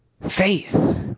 Faith